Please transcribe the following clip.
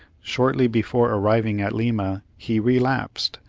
shortly before arriving at lima, he relapsed,